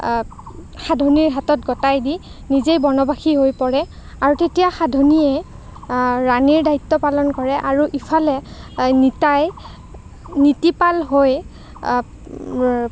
সাধনীৰ হাতত গটাই দি নিজেই বনবাসী হৈ পৰে আৰু তেতিয়া সাধনীয়ে ৰাণীৰ দ্বায়িত্ব পালন কৰে আৰু ইফালে নিতাই নীতিপাল হৈ